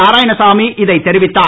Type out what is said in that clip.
நாராயணசாமி இதை தெரிவித்தார்